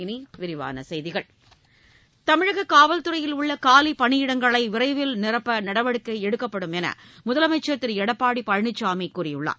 இனி விரிவான செய்திகள் தமிழக காவல்துறையில் உள்ள காலிப் பணியிடங்கள் நிரப்பப்படுவதற்கு நடவடிக்கை எடுக்கப்படும் என்று முதலமைச்சர் திரு எடப்பாடி பழனிசாமி கூறியுள்ளார்